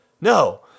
no